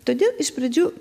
todėl iš pradžių